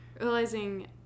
realizing